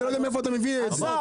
אני לא יודע מאיפה אתה מביא את זה.